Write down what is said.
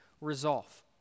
resolve